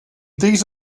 these